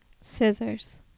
Scissors